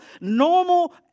normal